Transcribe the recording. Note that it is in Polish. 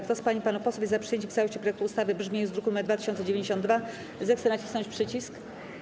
Kto z pań i panów posłów jest za przyjęciem w całości projektu ustawy w brzmieniu z druku nr 2092, zechce nacisnąć przycisk.